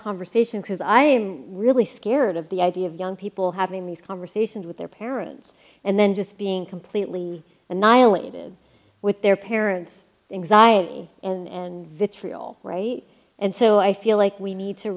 conversation because i am really scared of the idea of young people having these conversations with their parents and then just being completely annihilated with their parents anxiety and vitriol and so i feel like we need to